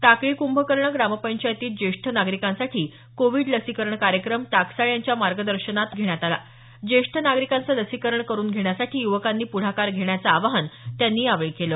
टाकळी कुंभकर्ण ग्रामपंचायतीत ज्येष्ठ नागरिकांसाठी कोविड लसीकरण कार्यक्रम टाकसाळे यांच्या मार्गदर्शनात काल घेण्यात आला ज्येष्ठ नागरिकांचं लसीकरण करून घेण्यासाठी युवकांनी पुढाकार घेण्याचं आवाहन टाकसाळे यांनी यावेळी केलं